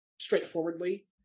straightforwardly